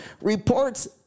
reports